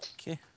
Okay